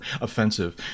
offensive